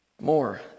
More